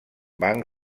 banc